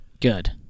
Good